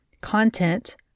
Content